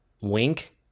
wink